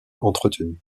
entretenu